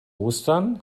ostern